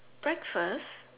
breakfast